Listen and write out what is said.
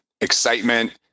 excitement